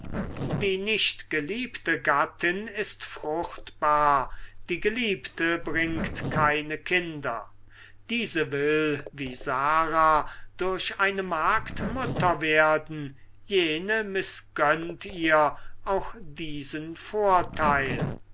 die nicht geliebte gattin ist fruchtbar die geliebte bringt keine kinder diese will wie sara durch eine magd mutter werden jene mißgönnt ihr auch diesen vorteil